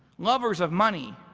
lovers of money,